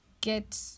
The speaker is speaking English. get